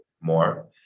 more